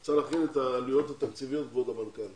יש להכין את העלויות התקציביות בעניין.